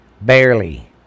barely